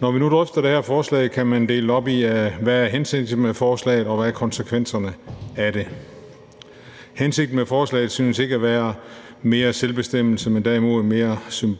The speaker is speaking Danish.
Når vi nu drøfter det her forslag, kan man dele det op i, hvad der er hensigten med forslaget, og hvad der er konsekvenserne af det. Hensigten med forslaget synes ikke at være mere selvbestemmelse, men derimod mere en